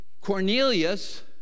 Cornelius